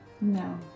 No